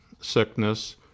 sickness